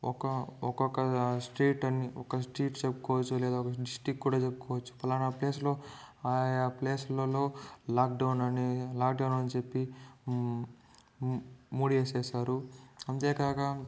ఒక ఒకొక స్ట్రీట్ అని చెప్పుకోవచ్చు ఒక స్ట్రీట్ చెప్పుకోవచ్చు లేదా ఒక డిస్టిక్ కూడా చెప్పుకోవచ్చు ఆయా పలానా ప్లేస్ లో ఆయా ప్లేస్ లలో లాక్ డౌన్ అని లాక్ డౌన్ అని చెప్పి ముడి వేసేసారు అంతేకాక